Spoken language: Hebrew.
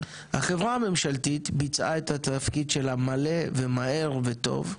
החברה הממשלתית ביצעה את התפקיד שלה מלא ומהר וטוב.